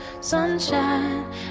sunshine